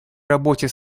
работе